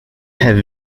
have